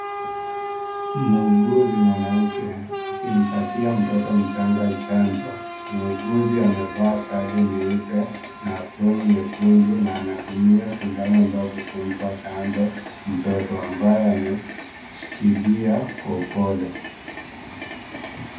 Muuguzi mwanamke akimpatia mtoto mchanga chanjo. Muuguzi amevaa sare nyeupe na aproni nyekundu. Na anatumia sindano ndogo kumpa chanjo mtoto ambaye ameshikilia kwa upole.